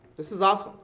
this is awesome.